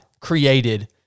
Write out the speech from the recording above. created